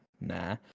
Nah